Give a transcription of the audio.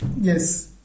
Yes